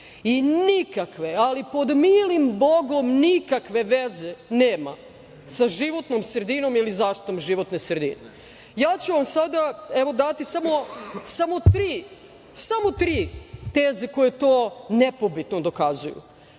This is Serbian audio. I nikakve, ali pod milim bogom nikakve veze nema sa životnom sredinom ili zaštitom životne sredine. Ja ću vam sada dati samo tri teze koje to nepobitno dokazuju. Prva